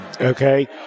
okay